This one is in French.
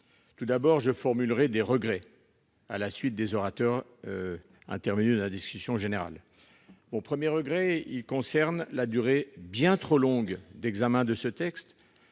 Tout d'abord, je formulerai des regrets à la suite de nombreux orateurs dans la discussion générale. Mon premier regret concerne la durée bien trop longue d'examen de ce texte,